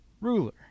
ruler